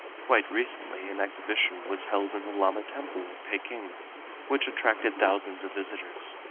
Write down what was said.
quite recently an exhibition was held in the lama temple at peking which attracted thousands of visitors.